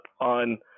on